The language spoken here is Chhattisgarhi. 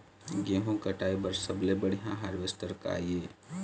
गेहूं कटाई बर सबले बढ़िया हारवेस्टर का ये?